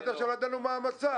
עד עכשיו לא ידענו מה המצע.